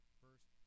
first